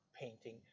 painting